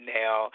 now